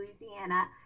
Louisiana